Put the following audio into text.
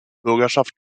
bürgerschaft